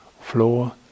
floor